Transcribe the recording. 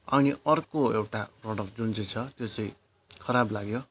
अनि अर्को एउटा प्रडक्ट जुन चाहिँ छ त्यो चाहिँ खराब लाग्यो